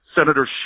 Senator